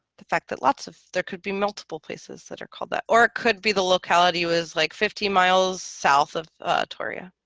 the fact that lots of there could be multiple places that are called that or it could be the locality was like fifty miles south of torreya